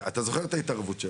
אתה זוכר את ההתערבות שלי?